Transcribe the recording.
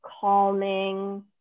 calming